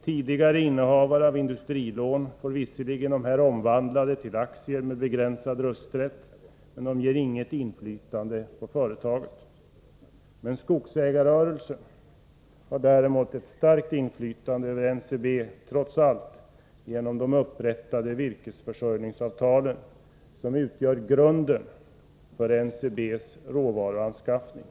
Tidigare innehavare av industrilån får visserligen dessa omvandlade till aktier med begränsad rösträtt, men de ger inget inflytande på företaget. Skogsägarrörelsen har däremot ett starkt inflytande över NCB, trots allt, genom de upprättade virkesförsörjningsavtalen, som utgör grunden för NCB:s råvaruanskaffning.